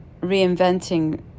reinventing